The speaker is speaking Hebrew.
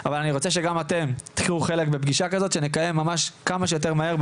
אבל אני רוצה שגם אתם תיקחו חלק בפגישה כזאת שנקיים ממש כמה שיותר מהר,